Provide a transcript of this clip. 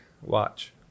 watch